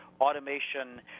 automation